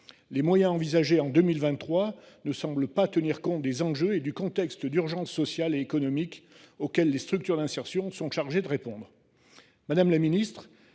Les moyens envisagés en 2023 ne semblent pas tenir compte des enjeux et du contexte d’urgence sociale et économique auxquels les structures d’insertion sont chargées de répondre.